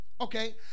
Okay